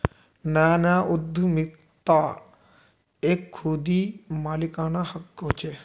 नया नया उद्दमितात एक खुदी मालिकाना हक़ होचे